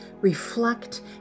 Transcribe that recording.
reflect